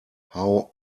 how